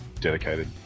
dedicated